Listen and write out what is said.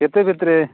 କେତେ ଭିତରେ